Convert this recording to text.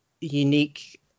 unique